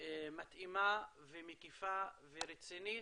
מתאימה ומקיפה ורצינית,